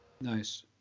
Nice